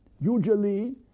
usually